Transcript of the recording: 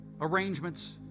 arrangements